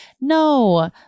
no